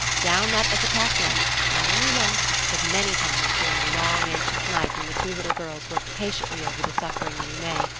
down that ipecac went, not only once, but many times during the long, anxious night when the two little girls worked patiently over the suffering minnie may,